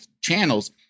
channels